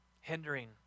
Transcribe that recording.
hindering